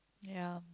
ya